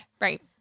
Right